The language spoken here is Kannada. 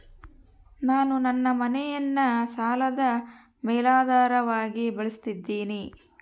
ನಾನು ನನ್ನ ಮನೆಯನ್ನ ಸಾಲದ ಮೇಲಾಧಾರವಾಗಿ ಬಳಸಿದ್ದಿನಿ